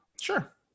Sure